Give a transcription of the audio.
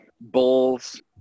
bulls